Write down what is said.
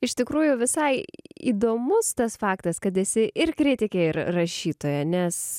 iš tikrųjų visai įdomus tas faktas kad esi ir kritikė ir rašytoja nes